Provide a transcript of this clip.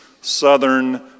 Southern